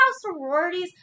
sororities